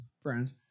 friends